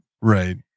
Right